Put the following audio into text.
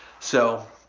so,